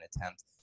attempt